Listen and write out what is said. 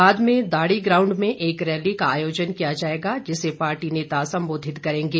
बाद में दाड़ी ग्राउंड में एक रैली का आयोजन किया जाएगा जिसे पार्टी नेता संबोधित करेंगे